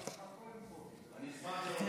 הרב יצחק כהן, אשמח לראות אותו.